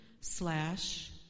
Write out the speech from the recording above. slash